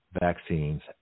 vaccines